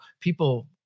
people